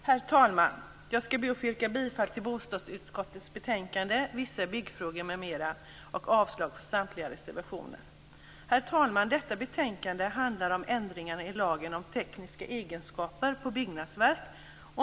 Herr talman! Jag skall be att få yrka bifall till bostadsutskottets hemställan i betänkandet Vissa byggfrågor m.m. och avslag på samtliga reservationer. Herr talman! Detta betänkande handlar om ändringar i lagen om tekniska egenskaper på byggnadsverk.